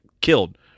killed